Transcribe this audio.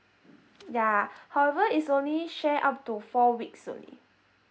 yeah however it's only share up to four weeks only